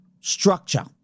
structure